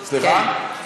סליחה?